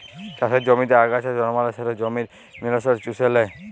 চাষের জমিতে আগাছা জল্মালে সেট জমির মিলারেলস চুষে লেই